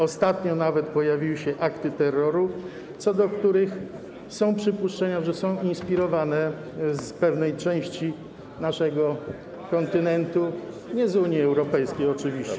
Ostatnio nawet pojawiły się akty terroru, co do których są przypuszczenia, że są inspirowane przez pewną część naszego kontynentu, nie z Unii Europejskiej oczywiście.